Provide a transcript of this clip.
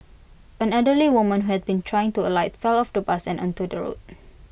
an elderly woman who had been trying to alight fell off the bus and onto the road